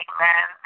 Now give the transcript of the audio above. Amen